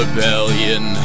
Rebellion